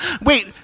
Wait